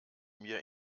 mir